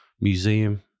museum